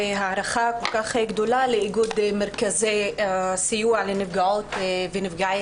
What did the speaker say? תודה והערכה כל כך גדולה לאיגוד מרכזי הסיוע לנפגעות ולנפגעי